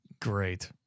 Great